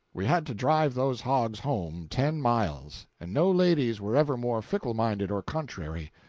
we had to drive those hogs home ten miles and no ladies were ever more fickle-minded or contrary.